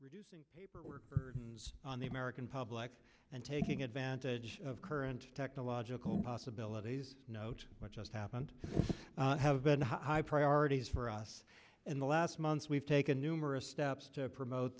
reducing paperwork burdens on the american public and taking advantage of current technological possibilities note what just happened to have been high priorities for us in the last months we've taken numerous steps to promote